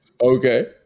Okay